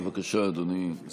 בבקשה, אדוני סגן השר.